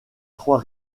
trois